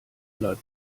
bleib